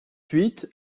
huit